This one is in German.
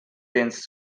dienst